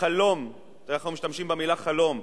החלום, ואנחנו משתמשים במלה "חלום"